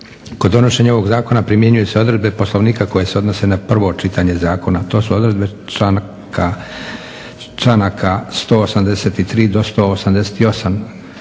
Kod donošenja ovog zakona primjenjuju se odredbe Poslovnika koje se odnose na prvo čitanje zakona. To su odredbe članaka 183.-188.